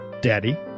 Daddy